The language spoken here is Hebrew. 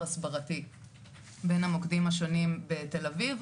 הסברתי בין המוקדים השונים בתל אביב.